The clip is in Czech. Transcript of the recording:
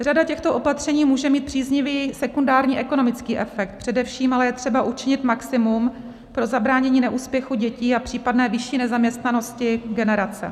Řada těchto opatření může mít příznivý sekundární ekonomický efekt, především ale je třeba učinit maximum pro zabránění neúspěchu dětí a případné vyšší nezaměstnanosti generace.